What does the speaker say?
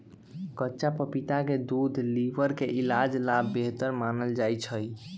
कच्चा पपीता के दूध लीवर के इलाज ला बेहतर मानल जाहई